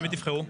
במי תבחרו?